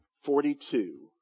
Forty-two